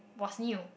was new